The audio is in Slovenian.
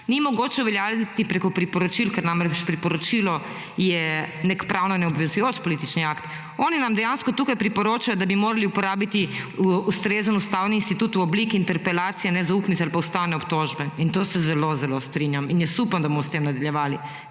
ni mogoče uveljavljati preko priporočil, ker namreč priporočilo je nek pravno neobvezujoč politični akt. Oni nam dejansko tukaj priporočajo, da bi morali uporabiti ustrezen ustavni institut v obliki interpelacije, nezaupnice ali pa ustavne obtožbe in to se zelo zelo strinjam in jaz upam, da bomo s tem nadaljevali,